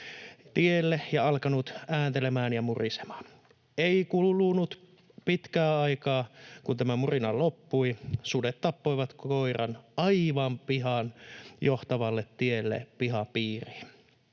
tielle ja alkanut ääntelemään ja murisemaan. Ei kulunut pitkää aikaa, kun tämä murina loppui. Sudet tappoivat koiran aivan pihaan johtavalle tielle pihapiiriin.